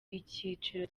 icyiciro